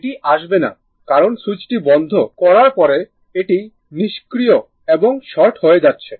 এটি আসবে না কারণ সুইচটি বন্ধ করার পরে এটি নিষ্ক্রিয় এবং শর্ট হয়ে যাচ্ছে